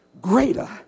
greater